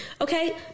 Okay